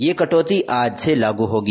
ये कटौती आज से लागू होगी